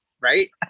right